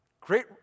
great